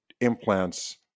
implants